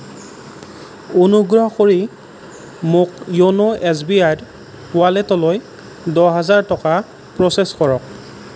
অনুগ্ৰহ কৰি মোৰ য়োনো এছ বি আইৰ ৱালেটলৈ দহ হাজাৰ টকা প্ৰচেছ কৰক